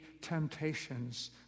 temptations